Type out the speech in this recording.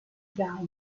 gaia